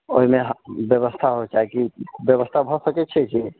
ओहिमे व्यवस्था होयके चाही व्यवस्था भऽ सकैत छै कि